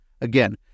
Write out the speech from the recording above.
Again